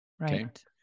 Right